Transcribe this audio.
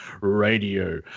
Radio